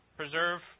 Preserve